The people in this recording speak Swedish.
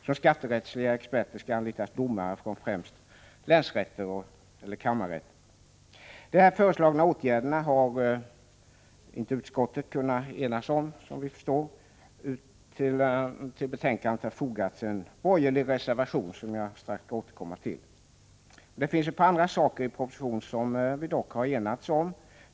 Som skatterättsliga experter skall anlitas domare från främst länsrätter och kammarrätter. Om de föreslagna åtgärderna har utskottet, som vi förstår, inte kunnat enas, utan till betänkandet har fogats en borgerlig reservation, som jag snart skall återkomma till. Det finns ett par andra saker i propositionen som vi dock har kunnat enas om.